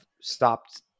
stopped